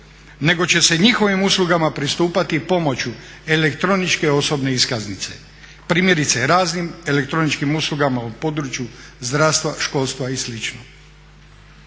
nego će se njihovim uslugama pristupati pomoću elektroničke osobne iskaznice. Primjerice raznim elektroničkim uslugama u području zdravstva, školstva i